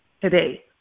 today